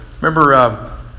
remember